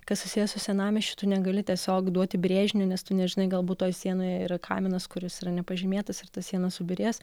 kas susiję su senamiesčiu tu negali tiesiog duoti brėžinį nes tu nežinai galbūt toj sienoje yra kaminas kuris yra nepažymėtas ir ta siena subyrės